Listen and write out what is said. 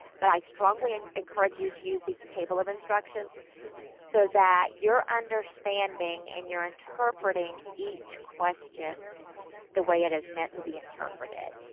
but i strongly and encourage you to use these table of instructions so that you're understanding and you're interpreting each question the way it is meant to be interpreted,